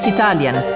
Italian